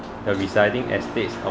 the residing estates of